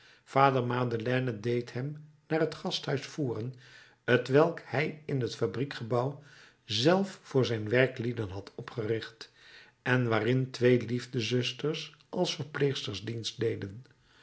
vader madeleine deed hem naar het gasthuis voeren t welk hij in het fabriek gebouw zelf voor zijn werklieden had opgericht en waarin twee liefdezusters als verpleegsters dienst deden